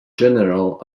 general